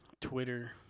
Twitter